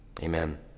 amen